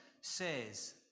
says